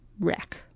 wreck